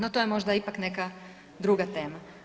No to je možda ipak neka druga tema.